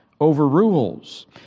overrules